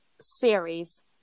series